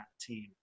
team